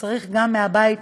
שצריכה גם מהבית,